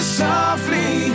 softly